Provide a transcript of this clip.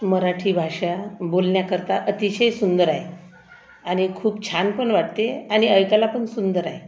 मराठी भाषा बोलण्याकरता अतिशय सुंदर आहे आणि खूप छान पण वाटते आणि ऐकायला पण सुंदर आहे